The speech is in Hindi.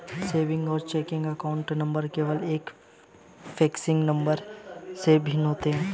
सेविंग्स और चेकिंग अकाउंट नंबर केवल एक प्रीफेसिंग नंबर से भिन्न होते हैं